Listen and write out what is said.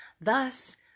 Thus